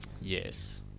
Yes